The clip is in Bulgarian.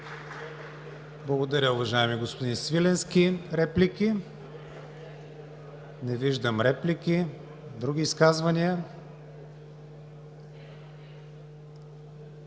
Благодаря, уважаеми господин Ченчев. Реплики? Не виждам реплики. Други изказвания?